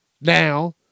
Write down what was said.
Now